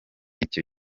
icyo